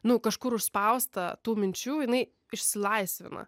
nu kažkur užspausta tų minčių jinai išsilaisvina